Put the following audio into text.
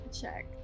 check